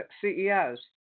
CEOs